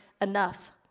enough